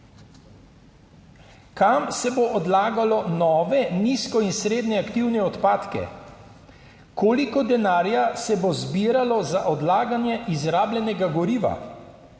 Kam se bo odlagalo nove nizko in srednje aktivne odpadke? Koliko denarja se bo zbiralo za odlaganje izrabljenega goriva?